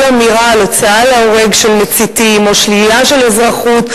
כל אמירה על הוצאה להורג של מציתים או שלילה של אזרחות,